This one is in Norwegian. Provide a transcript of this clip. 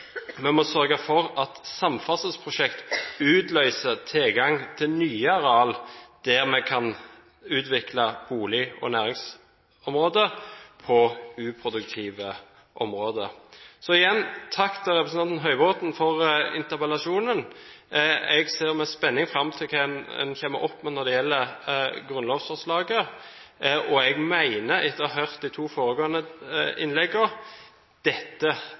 Vi må sørge for at samferdselsprosjektene utløser tilgang til nye arealer, slik at vi kan utvikle bolig- og næringsområder på uproduktive områder. Igjen takk til representanten Høybråten for interpellasjonen. Jeg ser med spenning fram til hva en vil komme opp med når det gjelder grunnlovsforslaget. Jeg mener – etter å ha hørt de to foregående innleggene – at dette